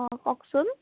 অঁ কওকচোন